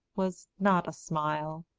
was not a smile,